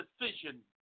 decision